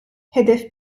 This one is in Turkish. hedef